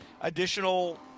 additional